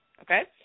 Okay